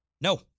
No